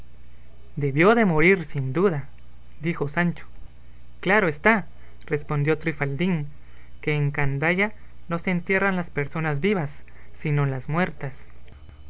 debió de morir sin duda dijo sancho claro está respondió trifaldín que en candaya no se entierran las personas vivas sino las muertas